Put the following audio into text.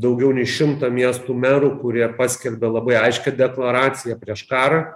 daugiau nei šimtą miestų merų kurie paskelbė labai aiškią deklaraciją prieš karą